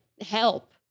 help